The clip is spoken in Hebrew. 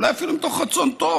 אולי אפילו מתוך רצון טוב,